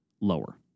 lower